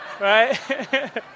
right